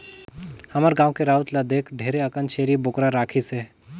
हमर गाँव के राउत ल देख ढेरे अकन छेरी बोकरा राखिसे